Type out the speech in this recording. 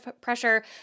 pressure